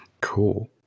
Cool